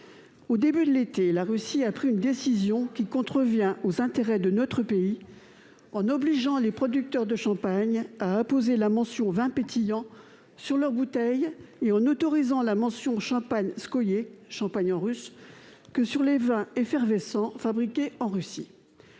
Au début de l'été, la Russie a pris une décision qui contrevient aux intérêts de notre pays, en obligeant les producteurs de champagne à apposer la mention « vin pétillant » sur leurs bouteilles et en n'autorisant la mention « champanskoïé », soit champagne en russe, que sur les vins effervescents fabriqués en Russie.